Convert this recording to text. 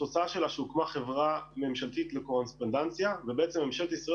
התוצאה שלה שהוקמה חברה ממשלתית לקורספונדנציה ובעצם ממשלת ישראל